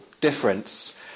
difference